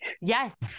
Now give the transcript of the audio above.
Yes